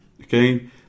okay